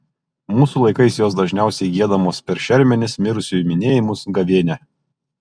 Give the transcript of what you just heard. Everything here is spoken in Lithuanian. mūsų laikais jos dažniausiai giedamos per šermenis mirusiųjų minėjimus gavėnią